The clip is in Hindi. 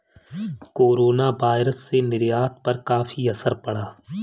कोरोनावायरस से निर्यात पर काफी असर पड़ा